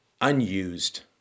unused